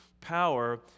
power